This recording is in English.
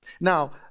Now